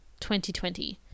2020